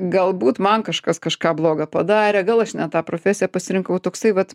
galbūt man kažkas kažką bloga padarė gal aš ne tą profesiją pasirinkau toksai vat